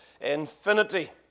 infinity